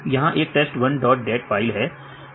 यह एक test1dat file है